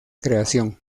creación